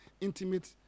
intimate